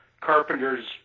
Carpenter's